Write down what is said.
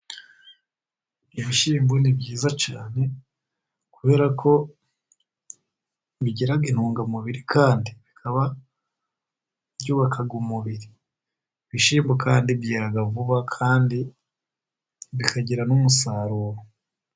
Ibishyimbo ni byiza cyane, kubera ko bigira intungamubiri kandi bikaba byubaka umubiri. Ibishyimbo kandi byera vuba, kandi bikagira n'umusaruro.